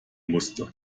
musste